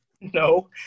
No